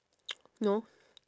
no